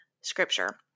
scripture